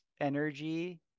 energy